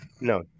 No